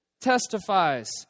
testifies